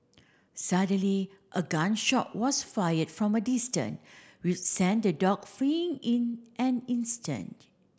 suddenly a gun shot was fired from a distant which sent the dog fleeing in an instant